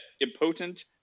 impotent